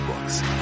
books